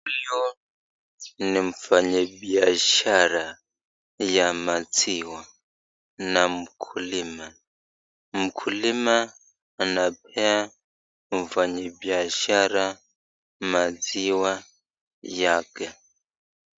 Huyu ni mfanyibiashara ya maziwa na mkulima, mkulima anapea mfanyibiashara maziwa yake.